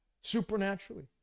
supernaturally